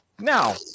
Now